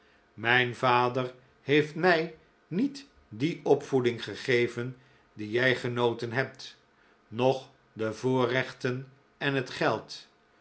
mijn vader heeft mij niet die opvoeding gegeven die jij genoten hebt noch de voorrechten en het geld